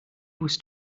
was